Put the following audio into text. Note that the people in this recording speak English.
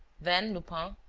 then lupin,